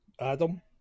Adam